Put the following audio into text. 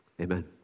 amen